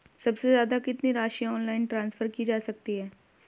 सबसे ज़्यादा कितनी राशि ऑनलाइन ट्रांसफर की जा सकती है?